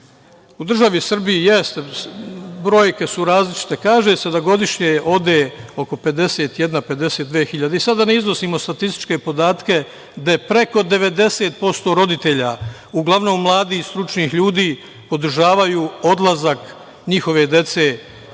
U državi Srbiji brojke su različite. Kaže se da godišnje ode oko 51, 52 hiljade, sada da ne iznosimo statističke podatke, gde je preko 90% roditelja, uglavnom mladih, stručnih ljudi, podržavaju odlazak njihove dece u